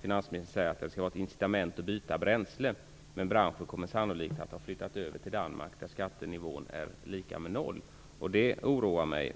Finansministern säger att skatten skall vara ett incitament att byta bränsle, men branschen kommer sannolikt att ha flyttat över till Danmark, där skatten är lika med noll. Det oroar mig.